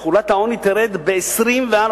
תחולת העוני תרד ב-24%: